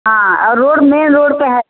हाँ औ road main road पर है